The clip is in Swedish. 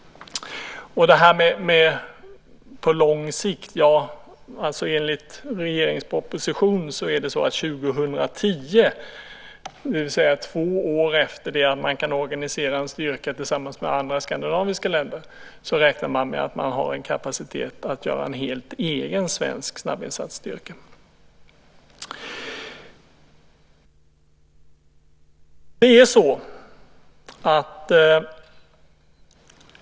När det gäller "på lång sikt" räknar man enligt regeringens proposition med att år 2010, alltså två år efter att man kan organisera en styrka tillsammans med andra skandinaviska länder, ha kapacitet att inrätta en helt egen svensk snabbinsatsstyrka.